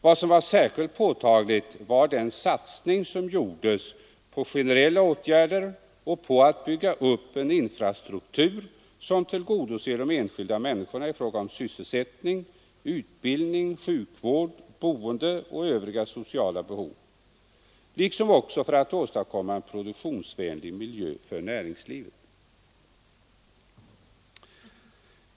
Vad som var särskilt påtagligt var den satsning som gjordes på generella åtgärder och på att bygga upp en infrastruktur som tillgodoser de enskilda människorna i fråga om sysselsättning, utbildning, sjukvård, boende och övriga sociala behov liksom för att åstadkomma en produktionsvänlig miljö för näringslivet.